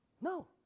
No